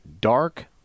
dark